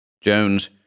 Jones